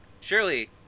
surely